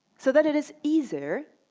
so that it is easier